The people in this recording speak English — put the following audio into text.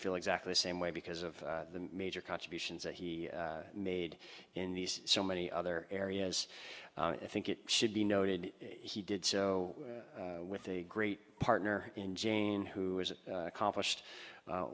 feel exactly the same way because of the major contributions that he made in these so many other areas i think it should be noted he did so with the great partner in jane who is an a